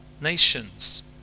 nations